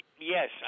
yes